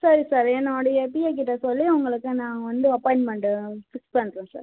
சரி சரி நான் என்னுடைய பிஏ கிட்டே சொல்லி உங்களுக்கு நான் வந்து அப்பாயின்மெண்டு ஃபிக்ஸ் பண்ணுறேன் சார்